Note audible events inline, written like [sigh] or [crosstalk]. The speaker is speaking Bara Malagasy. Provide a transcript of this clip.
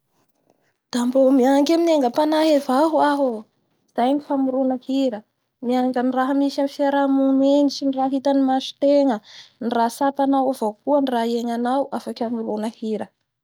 Da mbo mianky amin'ny egapanahy avao hoaho o, izay ro fanorona hira, [noise] miainga amin'ny raha hita ny masotegna, ny raha tsapanao avao koa ny raha iegnanao ny famorona hira.